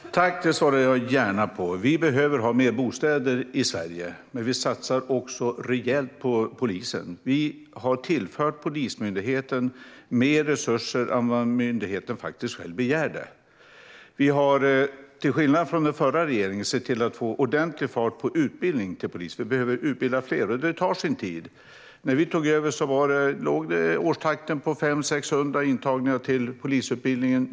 Herr talman! Det svarar jag gärna på. Vi behöver ha fler bostäder i Sverige. Men vi satsar också rejält på polisen. Vi har tillfört Polismyndigheten mer resurser än vad myndigheten själv begärde. Vi har till skillnad från den förra regeringen sett till att få ordentlig fart på utbildningen till polis. Vi behöver utbilda fler, och det tar sin tid. När vi tog över låg årstakten på 500, 600 antagningar till polisutbildningen.